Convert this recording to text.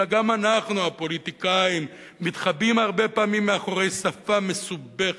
אלא גם אנחנו הפוליטיקאים מתחבאים הרבה פעמים מאחורי שפה מסובכת,